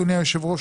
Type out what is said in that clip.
אדוני היושב ראש,